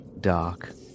Dark